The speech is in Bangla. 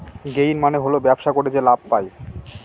গেইন মানে হল ব্যবসা করে যে লাভ পায়